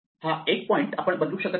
हा 1 पॉईंट आपण बदलू शकत नाही